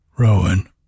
Rowan